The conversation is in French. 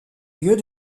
lieu